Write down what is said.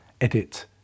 edit